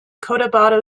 cotabato